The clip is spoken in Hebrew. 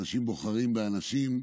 אנשים בוחרים באנשים.